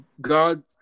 God